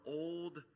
old